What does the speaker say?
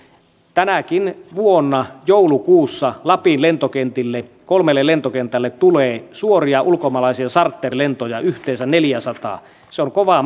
tänäkin vuonna joulukuussa lapin lentokentille kolmelle lentokentälle tulee suoria ulkomaalaisia charterlentoja yhteensä neljäsataa se on kova